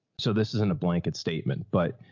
so this isn't a blanket statement, but.